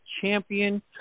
Champion